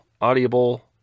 audible